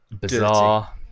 bizarre